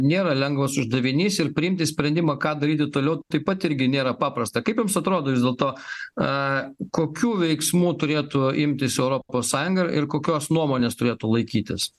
nėra lengvas uždavinys ir priimti sprendimą ką daryti toliau taip pat irgi nėra paprasta kaip jums atrodo vis dėlto kokių veiksmų turėtų imtis europos sąjunga ir kokios nuomonės turėtų laikytis